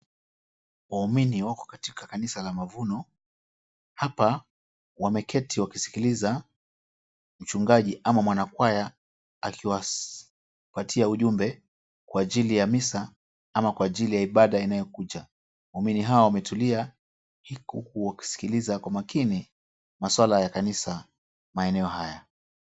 Waumini wako katika kanisa la Mavuno. Hapa wameketi wakiskiliza mchungaji ama mwanakwaya akiwapatia ujumbe kwa ajili ya misa ama kwa ajili ibada inayokuja. Waumini hawa wametulia wakiskiliza kwa makini maswala ya kanisa maeneo haya.